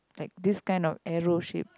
like this kind of arrow shape